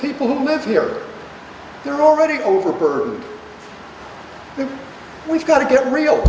people who live here you're already over her we've got to get real